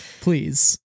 please